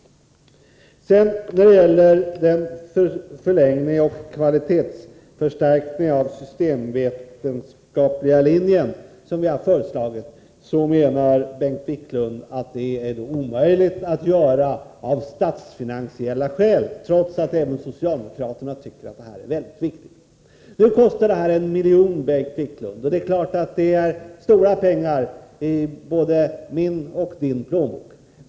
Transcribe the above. När det gäller den förlängning och kvalitetsförstärkning av den systemvetenskapliga linjen som vi föreslagit menar Bengt Wiklund att detta är omöjligt av statsfinansiella skäl, trots att även socialdemokraterna tycker att denna utbildning är väldigt viktig. Nu kostar detta en miljon, och det är klart att det är stora pengar i både min och Bengt Wiklunds plånbok.